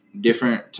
different